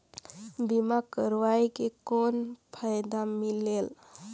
बीमा करवाय के कौन फाइदा मिलेल?